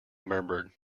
murmured